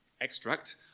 extract